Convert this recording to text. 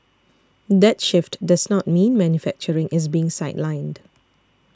that shift does not mean manufacturing is being sidelined